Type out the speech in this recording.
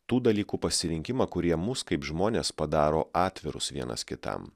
tų dalykų pasirinkimą kurie mus kaip žmones padaro atvirus vienas kitam